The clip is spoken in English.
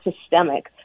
systemic